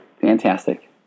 Fantastic